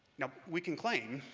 you know we can claim,